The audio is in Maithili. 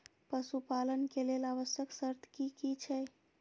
पशु पालन के लेल आवश्यक शर्त की की छै?